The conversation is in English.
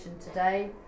today